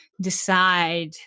decide